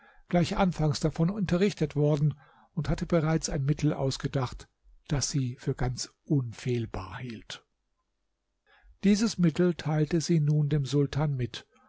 gleich anfangs davon unterrichtet worden und hatte bereits ein mittel ausgedacht das sie für ganz unfehlbar hielt dieses mittel teilte sie nun dem sultan mit